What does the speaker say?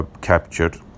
captured